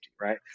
right